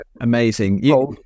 amazing